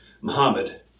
Muhammad